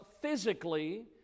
physically